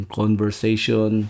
conversation